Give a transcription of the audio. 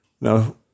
Now